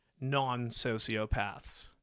non-sociopaths